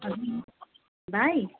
भाइ